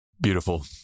Beautiful